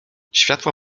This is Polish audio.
światła